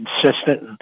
consistent